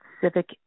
civic